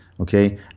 Okay